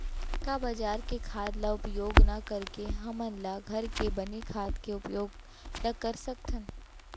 का बजार के खाद ला उपयोग न करके हमन ल घर के बने खाद के उपयोग ल कर सकथन?